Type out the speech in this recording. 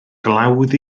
glawdd